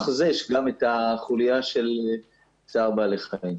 זה יש גם את החוליה של צער בעלי חיים.